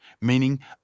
meaning